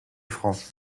francs